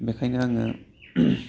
बेनिखायनो आङो